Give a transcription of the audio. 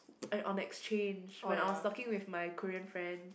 uh on exchange when I was talking with my Korean friends